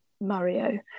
Mario